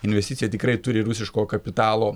investicija tikrai turi rusiško kapitalo